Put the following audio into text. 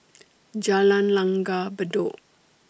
Jalan Langgar Bedok